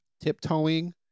tiptoeing